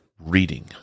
reading